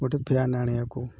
ଗୋଟେ ଫ୍ୟାାନ୍ ଆଣିବାକୁ